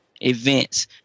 events